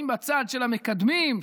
אם בצד של המקדמים,